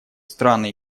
страны